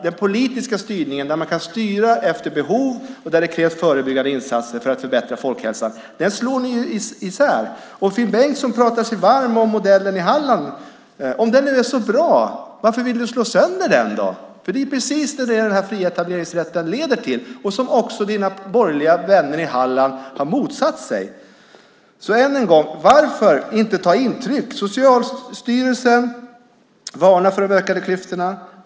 Den politiska styrningen där man kan styra efter behov och där det krävs förebyggande insatser för att förbättra folkhälsan slår ni isär. Finn Bengtsson pratar sig varm om modellen i Halland. Om den är så bra, varför vill du slå sönder den? Det är precis det som den fria etableringsrätten leder till och som också dina borgerliga vänner i Halland har motsatt sig. Så än en gång: Varför inte ta intryck av vad som sägs? Socialstyrelsen varnar för de ökade klyftorna.